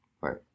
Right